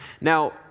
Now